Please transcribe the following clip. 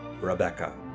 Rebecca